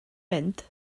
mynd